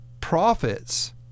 Profits